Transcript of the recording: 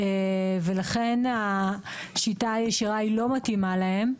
ולכן השיטה הישנה היא לא מתאימה להם,